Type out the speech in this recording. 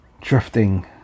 drifting